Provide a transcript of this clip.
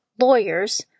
lawyers